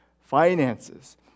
finances